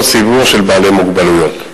אותו ציבור של בעלי מוגבלות.